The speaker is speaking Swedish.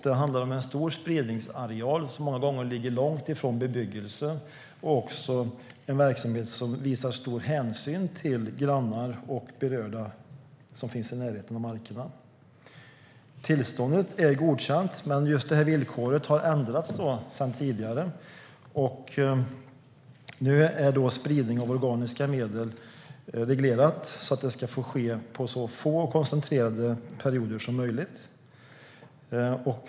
Det handlar om en stor spridningsareal som många gånger ligger långt från bebyggelse och om en verksamhet som visar stor hänsyn till grannar och berörda som finns i närheten av markerna. Tillståndet är godkänt, men just detta villkor har ändrats jämfört med tidigare. Nu är spridning av organiska medel reglerat så att det får ske under så få och koncentrerade perioder som möjligt.